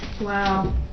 Wow